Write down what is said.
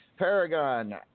Paragon